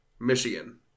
Michigan